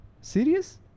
Serious